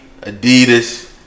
Adidas